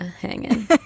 hanging